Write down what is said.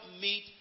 meet